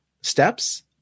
steps